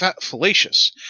fallacious